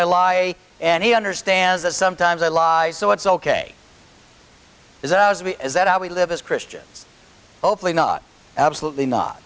i lie and he understands that sometimes i lie so it's ok is that how we live as christians hopefully not absolutely not